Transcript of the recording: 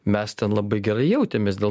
mes ten labai gerai jautėmės dėl